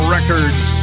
Records